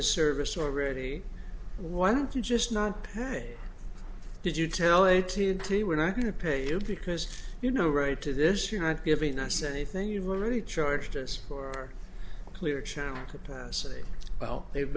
the service already why don't you just not pay did you tell a t n t we're not going to pay you because you know right to this you're not giving us anything you've already charged us for clear channel capacity well they've